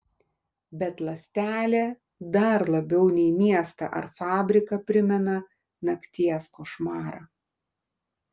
bet ląstelė dar labiau nei miestą ar fabriką primena nakties košmarą